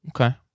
Okay